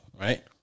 Right